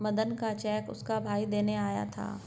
मदन का चेक उसका भाई देने आया था